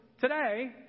today